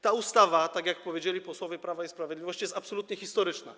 Ta ustawa, tak jak powiedzieli posłowie Prawa i Sprawiedliwości, jest absolutnie historyczna.